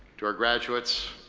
to our graduates,